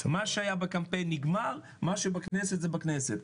מה שהיה בקמפיין נגמר, ומה שבכנסת בכנסת.